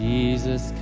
Jesus